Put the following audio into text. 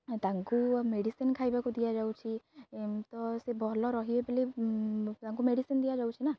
ତାଙ୍କୁ ମେଡ଼ିସିନ୍ ଖାଇବାକୁ ଦିଆଯାଉଛି ଏମିତି ତ ସେ ଭଲ ରହିବେ ବୋଲି ତାଙ୍କୁ ମେଡ଼ିସିନ୍ ଦିଆଯାଉଛି ନା